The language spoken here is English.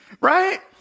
right